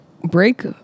break